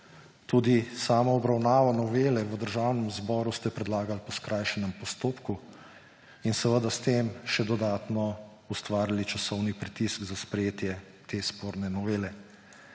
tudi samo obravnavo novele v Državnem zboru ste predlagali po skrajšanem postopku in seveda s tem še dodatno ustvarili časovni pritisk za sprejetje te sporne novele.